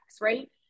right